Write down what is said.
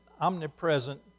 omnipresent